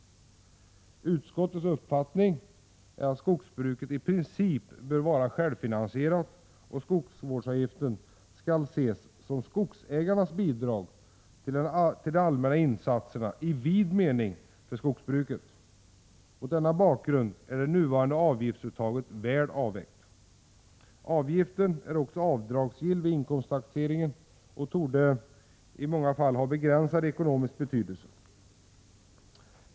Utskottets uppfattning är att skogsbruket i princip bör vara självfinansierat och att skogsvårdsavgiften skall ses som skogsägarnas bidrag till de allmänna insatserna i vid mening för skogsbruket. Mot denna bakgrund är det nuvarande avgiftsuttaget väl avvägt. Avgiften är också avdragsgill vid inkomsttaxeringen och torde i många fall ha begränsad ekonomisk betydelse.